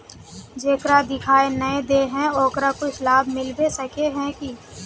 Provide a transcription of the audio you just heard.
जेकरा दिखाय नय दे है ओकरा कुछ लाभ मिलबे सके है की?